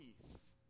peace